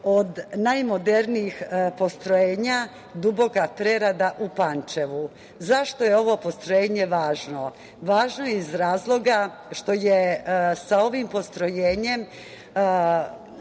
od najmodernijih postrojenja „Duboka prerada“ u Pančevu. Zašto je ovo postrojenje važno? Važno je iz razloga što je sa ovim postrojenjem